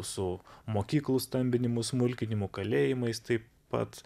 su mokyklų stambinimu smulkinimu kalėjimais taip pat